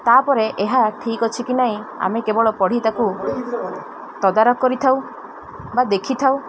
ତାପରେ ଏହା ଠିକ ଅଛି କି ନାହିଁ ଆମେ କେବଳ ପଢ଼ି ତାକୁ ତଦାରଖ କରିଥାଉ ବା ଦେଖିଥାଉ